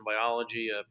biology